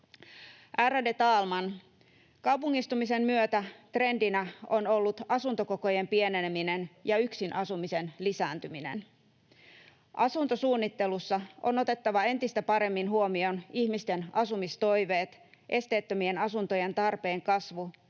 Ärade talman! Kaupungistumisen myötä trendinä on ollut asuntokokojen pieneneminen ja yksin asumisen lisääntyminen. Asuntosuunnittelussa on otettava entistä paremmin huomioon ihmisten asumistoiveet, esteettömien asuntojen tarpeen kasvu